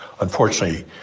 Unfortunately